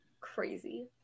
Crazy